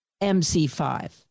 mc5